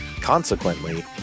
consequently